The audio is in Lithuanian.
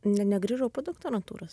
ne negrįžau po doktorantūros